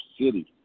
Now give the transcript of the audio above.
City